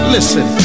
Listen